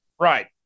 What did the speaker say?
right